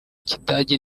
kidage